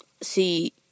See